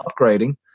upgrading